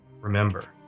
remember